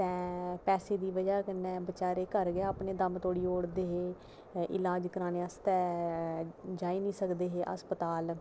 ते पैसे दी बजह कन्नै बेचारे घर गै अपना दम तोड़ी होंदे हे ते ईलाज करानै आस्तै जाई निं सकदे हे अस्पताल